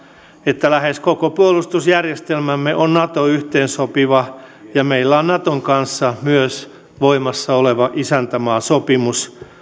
että lähes koko puolustusjärjestelmämme on nato yhteensopiva ja meillä on naton kanssa myös voimassa oleva isäntämaasopimus